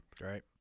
Right